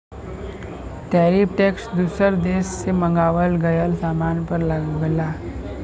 tariff tax दूसर देश से मंगावल गयल सामान पर लगला